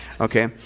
Okay